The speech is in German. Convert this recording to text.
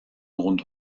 rund